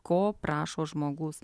ko prašo žmogus